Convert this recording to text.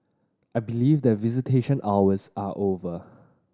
I believe that visitation hours are over